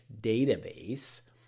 database